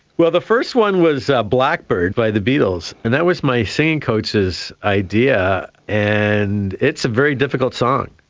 well, the first one was blackbird by the beatles, and that was my singing coach's idea, and it's a very difficult song.